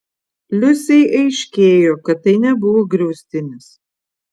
liusei aiškėjo kad tai nebuvo griaustinis